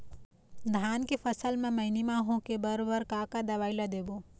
धान के फसल म मैनी माहो के बर बर का का दवई ला देबो?